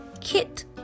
Kit